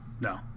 No